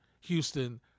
Houston